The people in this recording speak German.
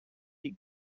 die